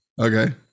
okay